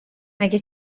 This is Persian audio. اگه